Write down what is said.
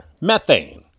methane